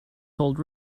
told